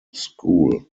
school